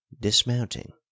Dismounting